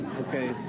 okay